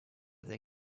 they